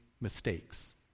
mistakes